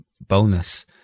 bonus